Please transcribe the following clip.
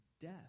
death